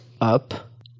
up